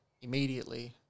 immediately